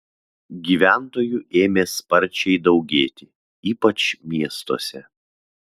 gyventojų ėmė sparčiai daugėti ypač miestuose